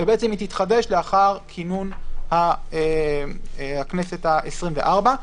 והיא תתחדש לאחר כינון הכנסת העשרים-וארבע.